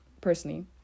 personally